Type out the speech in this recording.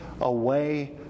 away